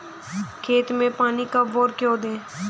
खेत में पानी कब और क्यों दें?